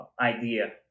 idea